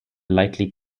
lightly